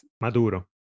Maduro